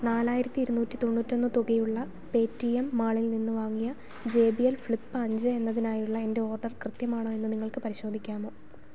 നാലായിരത്തി ഇരുനൂറ്റി തൊണ്ണൂറ്റൊന്ന് തുകയുള്ള പേറ്റിഎം മാളിൽ നിന്നു വാങ്ങിയ ജെ ബി എൽ ഫ്ലിപ് അഞ്ച് എന്നതിനായുള്ള എന്റെ ഓർഡർ കൃത്യമാണോ എന്നു നിങ്ങൾക്കു പരിശോധിക്കാമോ